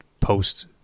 post